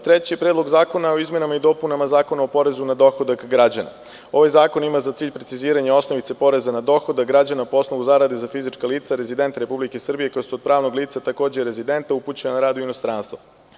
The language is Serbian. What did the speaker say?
Treće, Predlog zakona o izmenama i dopunama Zakona o porezu na dohodak građana, ovaj zakon ima za cilj preciziranje osnovice poreza na dohodak građana po osnovu zarade za fizička lica, rezidenta Republike Srbije koja su od pravnog lica takođe rezidenta upućena na rad u inostranstvu.